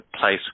place